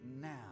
now